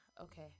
Okay